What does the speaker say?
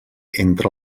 entre